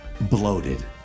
bloated